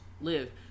Live